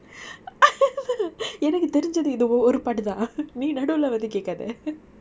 எனக்கு தெரிஞ்சது அந்த ஒரு பாட்டுதான் நீ நடுவுலே வந்து கேட்காதே:enakku therinjathu intha oru paatuthaan nee naduvulae vanthu kekathae